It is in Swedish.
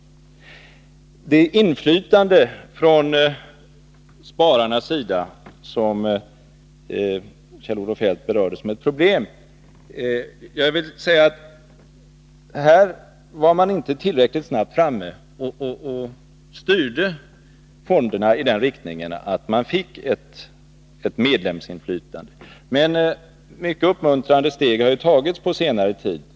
När det gäller inflytandet från spararnas sida, som Kjell-Olof Feldt berörde som ett problem, vill jag säga att man inte var tillräckligt snabbt framme och styrde fonderna i riktning mot ett medlemsinflytande. Men mycket uppmuntrande steg har tagits på senare tid.